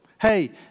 Hey